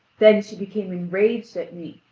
then she became enraged at me,